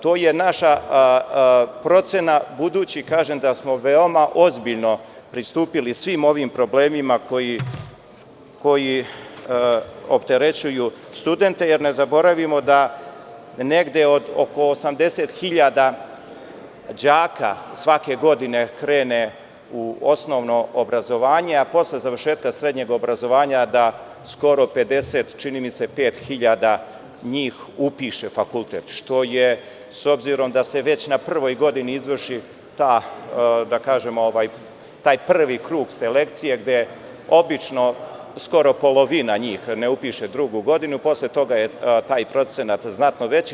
To je naša procena, budući da smo veoma ozbiljno pristupili svim ovim problemima koji opterećuju studente, jer nezaboravimo da negde oko 80.000 đaka svake godine krene u osnovno obrazovanje, a posle srednjeg obrazovanja skoro 55.000 njih upiše fakultet, što je, s obzirom da se već na prvoj godini izvrši taj prvi krug selekcije, gde obično skoro polovina njih ne upiše drugu godinu, posle toga je taj procenat znatno veći.